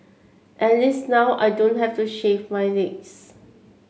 at least now I don't have to shave my legs